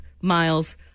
miles